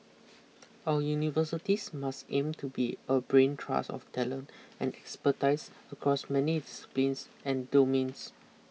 our universities must aim to be a brain trust of talent and expertise across many disciplines and domains